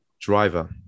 driver